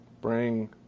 Bring